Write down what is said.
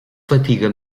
fatiga